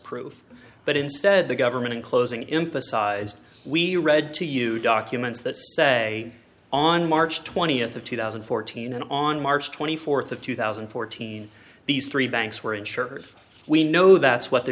proof but instead the government in closing him to size we read to you documents that say on march twentieth of two thousand and fourteen on march twenty fourth of two thousand and fourteen these three banks were insured we know that's what the